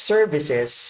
Services